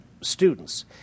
students